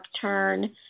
turn